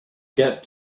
get